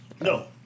No